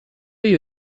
you